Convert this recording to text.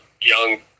young